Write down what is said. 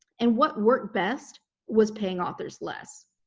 and what worked best was paying authors less.